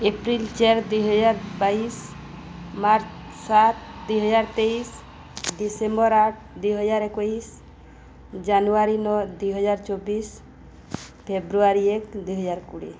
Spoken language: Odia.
ଏପ୍ରିଲ ଚାରି ଦୁଇହଜାର ବାଇଶି ମାର୍ଚ୍ଚ ସାତ ଦୁଇହଜାର ତେଇଶି ଡିସେମ୍ବର ଆଠ ଦୁଇହଜାର ଏକୋଇଶି ଜାନୁଆରୀ ନଅ ଦୁଇହଜାର ଚବିଶି ଫେବୃଆରୀ ଏକ ଦୁଇହଜାର କୋଡ଼ିଏ